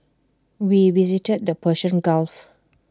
we visited the Persian gulf